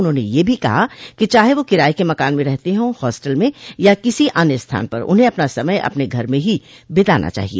उन्होंने यह भी कहा है कि चाहे वह किराए के मकान में रहते हों होस्टल में या किसी अन्य स्थान पर उन्हें अपना समय अपने घर में ही बिताना चाहिए